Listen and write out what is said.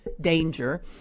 danger